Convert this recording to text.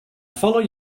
follow